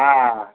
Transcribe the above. हॅं